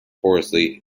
horsley